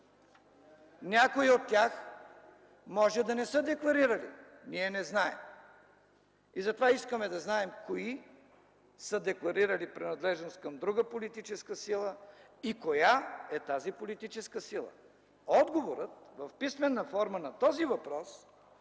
Някои от тях може да не са декларирали – ние не знаем. Затова искаме да знаем кои са декларирали принадлежност към друга политическа сила и коя е тази политическа сила. Отговорът в писмена форма на този въпрос,